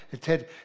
Ted